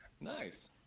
nice